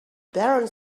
parents